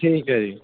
ਠੀਕ ਹੈ ਜੀ